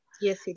yes